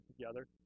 together